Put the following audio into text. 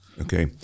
Okay